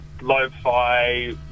lo-fi